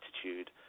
attitude